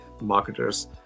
marketers